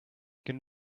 can